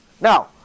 Now